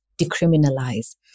Decriminalize